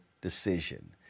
decision